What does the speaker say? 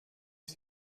ich